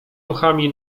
ruchami